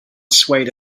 swayed